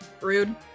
Rude